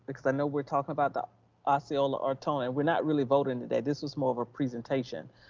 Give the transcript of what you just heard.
because i know we're talking about the osceola ortona, and we're not really voting today, this was more of a presentation.